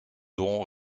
aurons